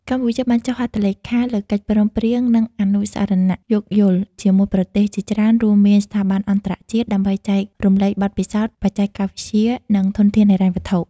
កម្ពុជាបានចុះហត្ថលេខាលើកិច្ចព្រមព្រៀង និងអនុស្សរណៈយោគយល់ជាមួយប្រទេសជាច្រើនរួមមានស្ថាប័នអន្តរជាតិ ដើម្បីចែករំលែកបទពិសោធន៍ បច្ចេកវិទ្យា និងធនធានហិរញ្ញវត្ថុ។